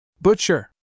Butcher